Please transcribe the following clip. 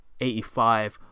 85